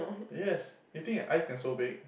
yes you think eyes can so big